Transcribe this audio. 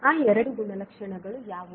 ಆ ಎರಡು ಗುಣಲಕ್ಷಣಗಳು ಯಾವುವು